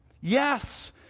Yes